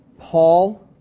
Paul